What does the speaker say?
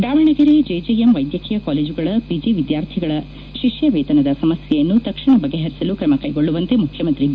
Davanagere JJM ವೈದ್ಯಕೀಯ ಕಾಲೇಜುಗಳ PG ವಿದ್ಯಾರ್ಥಿಗಳ ಶಿಷ್ಠ ವೇತನದ ಸಮಸ್ಠೆಯನ್ನು ತಕ್ಷಣ ಬಗೆಹರಿಸಲು ತ್ರಮಕೈಗೊಳ್ಳುವಂತೆ ಮುಖ್ಯಮಂತ್ರಿ ಬಿ